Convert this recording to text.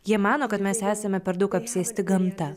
jie mano kad mes esame per daug apsėsti gamta